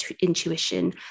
intuition